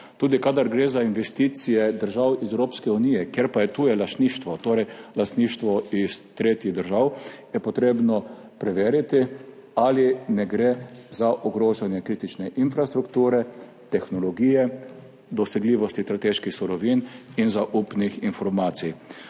Tudi kadar gre za investicije držav iz Evropske unije, kjer pa je tuje lastništvo, torej lastništvo iz tretjih držav, je potrebno preveriti ali ne gre za ogrožanje kritične infrastrukture, tehnologije, dosegljivosti strateških surovin in zaupnih informacij.